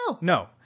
No